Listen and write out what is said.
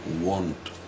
want